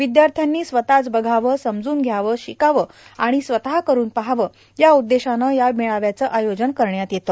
विद्यार्थ्यांनी स्वतच बघावे समजून घ्यावे शिकावे आणि स्वत करून पाहावे या उद्देशानं या विज्ञान मेळाव्याचं आयोजन करण्यात येते